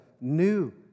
new